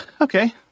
Okay